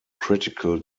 critical